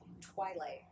Twilight